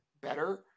better